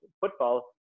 football